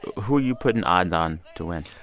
who are you putting odds on to win?